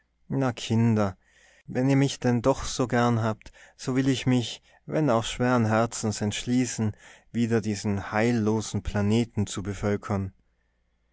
na kinder wenn ihr mich denn doch so gern habt so will ich mich wenn auch schweren herzens entschließen wieder diesen heillosen planeten zu bevölkern